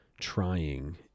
trying